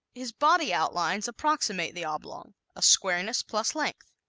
his body outlines approximate the oblong a squareness plus length.